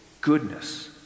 goodness